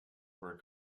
were